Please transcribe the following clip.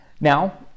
Now